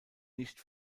nicht